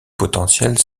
potentiels